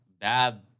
bad